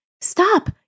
stop